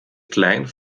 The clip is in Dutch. klein